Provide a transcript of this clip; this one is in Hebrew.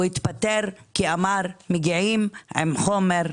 הוא התפטר כי אמר, מגיעים עם חומר,